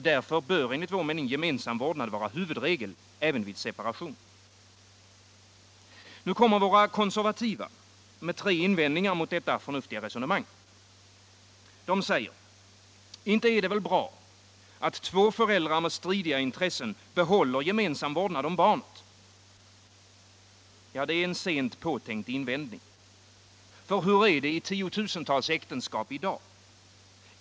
Därför bör enligt vår mening gemensam vårdnad vara huvudregel även vid separation. Nu kommer våra konservativa med tre invändningar mot detta förnuftiga resonemang. De säger: Inte är det väl bra att två föräldrar med stridiga intressen behåller gemensam vårdnad om barnet? Det är en sent påtänkt invändning. Ty hur är det i tiotusentals äktenskap i dag?